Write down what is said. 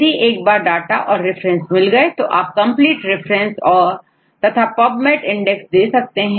यदि एक बार डाटा और रेफरेंस मिल जाए तो आप कंपलीट रेफरेंस तथा PUBMED INDEX दे सकते हैं